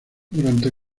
durante